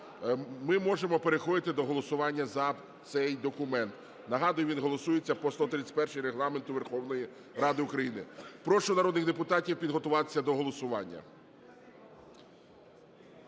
ми можемо переходити до голосування за цей документ. Нагадую, він голосується по 131-й Регламенту Верховної Ради України. Прошу народних депутатів підготуватися до голосування.